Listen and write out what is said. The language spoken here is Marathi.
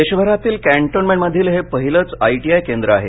देशभरातील कँटोनमेंटमधील हे पहिलंच आय टी आय केंद्र आहे